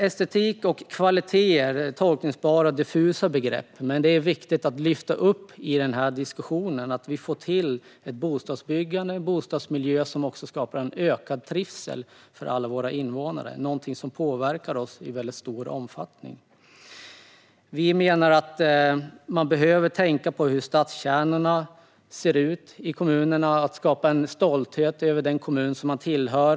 Estetik och kvalitet är tolkningsbara och diffusa begrepp, men de är viktiga att lyfta upp i den här diskussionen. Vi måste få till ett bostadsbyggande och en bostadsmiljö som skapar ökad trivsel för alla invånare. Det här är något som påverkar alla i väldigt stor omfattning. Vi i Sverigedemokraterna menar att man behöver tänka på hur stadskärnorna i kommunerna ser ut och skapa en stolthet för den kommun man tillhör.